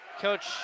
Coach